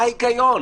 מה ההיגיון?